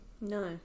No